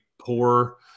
poor